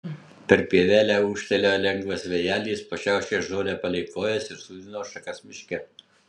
per pievelę ūžtelėjo lengvas vėjelis pašiaušė žolę palei kojas ir sujudino šakas miške